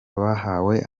bahawe